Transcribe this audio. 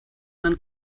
nan